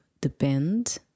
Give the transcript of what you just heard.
depend